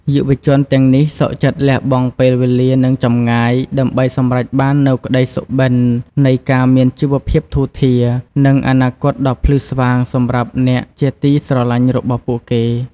យុវជនទាំងនេះសុខចិត្តលះបង់ពេលវេលា និងចម្ងាយ ដើម្បីសម្រេចបាននូវក្តីសុបិននៃការមានជីវភាពធូរធារ និងអនាគតដ៏ភ្លឺស្វាងសម្រាប់អ្នកជាទីស្រលាញ់របស់ពួកគេ។